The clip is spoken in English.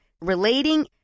relating